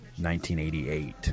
1988